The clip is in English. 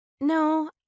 No